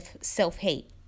self-hate